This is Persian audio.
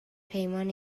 پیمان